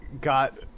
got